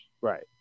Right